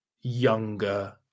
younger